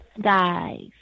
guys